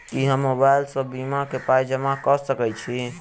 की हम मोबाइल सअ बीमा केँ पाई जमा कऽ सकैत छी?